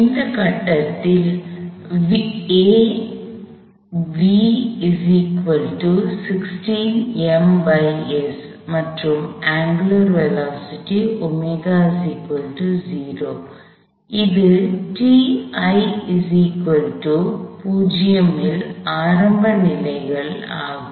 இந்த கட்டத்தில் A மற்றும் அங்குலார் வேலோஸிட்டி இது ல் ஆரம்ப நிலைகள் ஆகும்